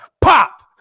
pop